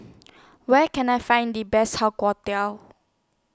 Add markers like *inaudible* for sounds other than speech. Where Can I Find The Best How *unintelligible*